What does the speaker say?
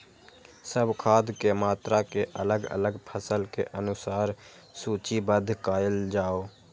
सब खाद के मात्रा के अलग अलग फसल के अनुसार सूचीबद्ध कायल जाओ?